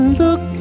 look